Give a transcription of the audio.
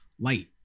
light